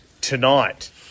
tonight